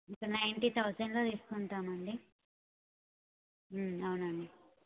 ఒక నైన్టీ థౌజండ్లో తీసుకుంటామండి అవునండి